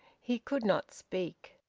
he could not speak.